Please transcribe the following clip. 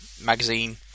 magazine